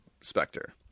Spectre